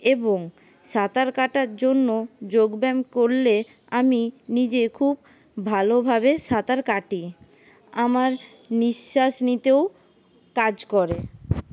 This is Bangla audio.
এবং সাঁতার কাটার জন্য যোগব্যায়াম করলে আমি নিজে খুব ভালোভাবে সাঁতার কাটি আমার নিশ্বাস নিতেও কাজ করে